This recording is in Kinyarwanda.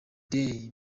day